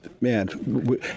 man